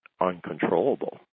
uncontrollable